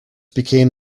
became